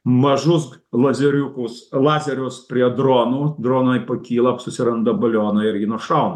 mažus lazeriukus lazerius prie dronų dronai pakyla susiranda balioną ir jį nušauna